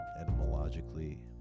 etymologically